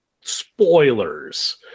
spoilers